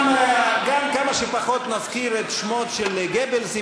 גם כמה שפחות נזכיר את שמו של גבלס,